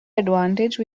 advantage